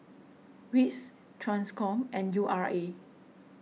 Wits Transcom and U R A